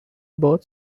both